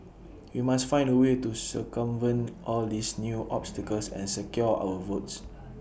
we must find A way to circumvent all these new obstacles and secure our votes